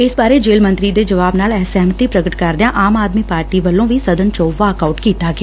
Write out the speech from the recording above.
ਇਸ ਬਾਰੇ ਜੇਲ੍ਹ ਮੰਤਰੀ ਦੇ ਜਵਾਬ ਨਾਲ ਅਸਹਿਮਤੀ ਪ੍ਗਟ ਕਰਦਿਆਂ ਆਮ ਆਦਮੀ ਪਾਰਟੀ ਵੱਲੋਂ ਵੀ ਸਦਨ ਚੋਂ ਵਾਕ ਆਉਟ ਕੀਤਾ ਗਿਆ